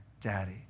Daddy